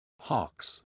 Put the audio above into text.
Hawks